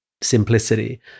simplicity